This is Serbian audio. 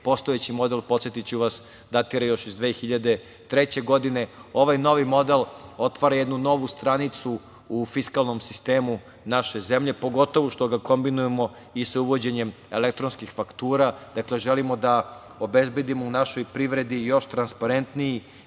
Postojeći model, podsetiću vas datira još iz 2003. godine. Ovaj novi model otvara jednu novu stranicu u fiskalnom sistemu naše zemlje, pogotovo što ga kombinujemo i sa uvođenjem elektronskih faktura. Dakle, želimo da obezbedimo u našoj privredi još transparentniji